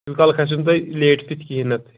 تِتھٕ کالس کھَسو نہٕ تۄہہِ لیٹ فیٖس کِہیٖنٛۍ تہِ اتھ